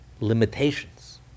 limitations